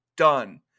done